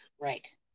right